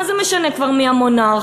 מה זה משנה כבר מי המונרך?